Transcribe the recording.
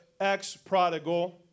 ex-prodigal